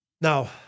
Now